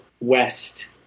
west